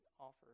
offer